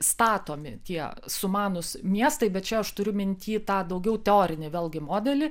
statomi tie sumanūs miestai bet čia aš turiu minty tą daugiau teorinį vėlgi modelį